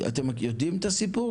קמחי, אתם מכירים את הסיפור?